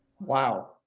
wow